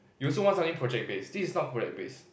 you also want something project based this is not project based